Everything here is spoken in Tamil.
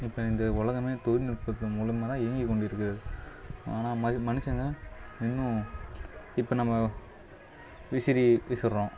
இப்போ இந்த உலகமே தொழில்நுட்பத்தின் மூலமாக தான் இயங்கி கொண்டிருக்கிறது ஆனால் மனு மனுசங்க இன்னும் இப்போ நம்ப விசிறி விசுருறோம்